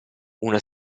una